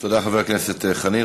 תודה, חבר הכנסת חנין.